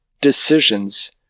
decisions